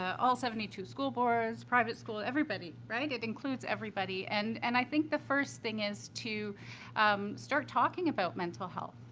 all seventy two school boards, private school, everybody, right? it includes everybody. and and i think the first thing is to start talking about mental health,